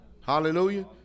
Hallelujah